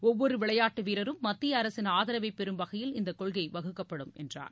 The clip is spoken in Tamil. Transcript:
ஒவ்வொரு விளையாட்டு வீரரும் மத்திய அரசின் ஆதரவை பெறும் வகையில் இந்த கொள்கை வகுக்கப்படும் என்றார்